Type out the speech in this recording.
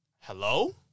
Hello